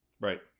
Right